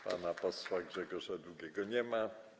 Pana posła Grzegorza Długiego nie ma.